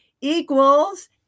equals